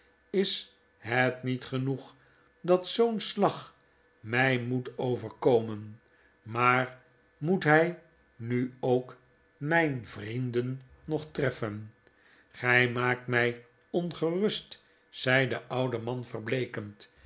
is het niet genpeg dat zoo'n slag mij moet overk omen maar moet hij nu ook mijn vrienden nog treffen gij maakt mij ongerust zei de oude man verbleekend